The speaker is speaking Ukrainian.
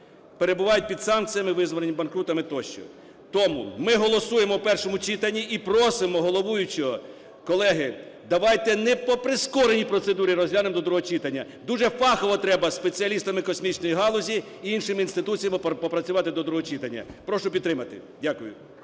перебувають під санкціями, визнані банкрутами тощо. Тому ми голосуємо в першому читанні. І просимо головуючого, колеги, давайте не по прискореній процедурі розглянемо до другого читання. Дуже фахово треба із спеціалістами космічної галузі і іншими інституціями попрацювати до другого читання. Прошу підтримати. Дякую.